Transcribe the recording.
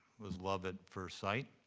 was love at first sight.